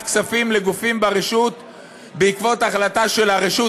כספים לגופים ברשות בעקבות החלטה של הרשות,